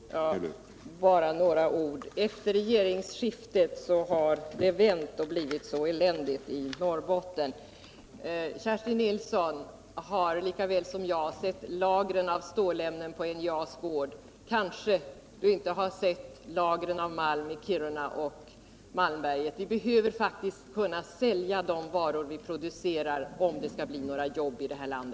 Herr talman! Bara några ord. Kerstin Nilsson säger att utvecklingen har vänt efter regeringsskiftet och att det har blivit så eländigt i Norrbotten. Kerstin Nilsson har lika väl som jag sett lagren av stålämnen på NJA:s gård. Kanske har hon inte sett lagren av malm i Kiruna och Malmberget. Vi behöver faktiskt kunna sälja de varor vi producerar, om det skall kunna bli några jobb i vårt land.